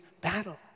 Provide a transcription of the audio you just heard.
battle